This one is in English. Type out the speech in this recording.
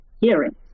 hearing